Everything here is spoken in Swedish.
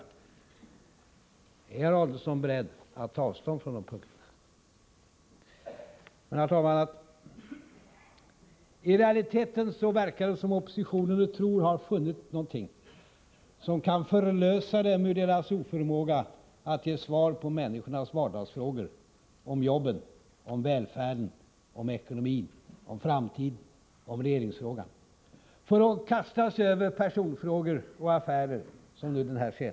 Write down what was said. Är herr Adelsohn beredd att ta avstånd från uttalandena på dessa punkter? Fru talman! I realiteten verkar det som om oppositionen nu tror sig ha funnit någonting som kan förlösa den ur dess oförmåga att ge svar på människornas vardagsfrågor — om jobben, om välfärden, om ekonomin, om framtiden, om regeringsfrågan. Oppositionen kastar sig över personfrågor och affärer, som nu den senaste.